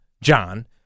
John